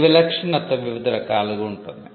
ఈ విలక్షణత వివిధ రకాలుగా ఉంటుంది